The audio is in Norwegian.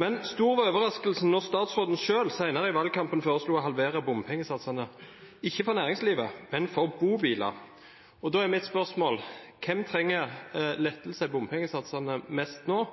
Men stor var overraskelsen da statsråden selv senere i valgkampen foreslo å halvere bompengesatsene – ikke for næringslivet, men for bobiler. Da er mitt spørsmål: Hvem trenger lettelser i bompengesatsene mest nå?